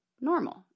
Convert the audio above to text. normal